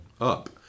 up